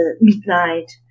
midnight